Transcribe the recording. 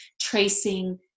tracing